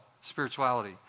spirituality